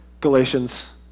Galatians